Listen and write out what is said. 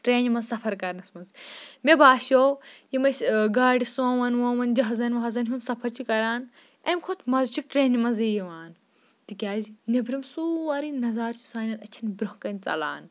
ٹرٛینہِ منٛز سفر کَرنَس منٛز مےٚ باسیوٚ یِم أسۍ گاڑِ سوموَن ووموَن جہازَن وہازَن ہُنٛد سفر چھِ کَران امہِ کھۄتہٕ مَزٕ چھِ ٹرٛینہِ منٛزٕے یِوان تِکیٛازِ نٮ۪برِم سورُے نظارٕ چھُ سانٮ۪ن أچھَن برونٛہہ کَنۍ ژَلان